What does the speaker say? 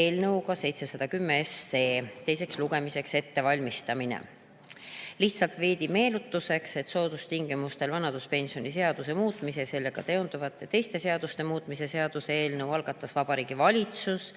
eelnõuga 710 teiseks lugemiseks ettevalmistamisel. Lihtsalt veidi meenutuseks, et soodustingimustel vanaduspensionide seaduse muutmise ja sellega seonduvalt teiste seaduste muutmise seaduse eelnõu algatas Vabariigi Valitsus